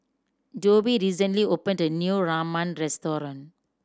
Dovie recently opened a new Ramen Restaurant